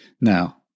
Now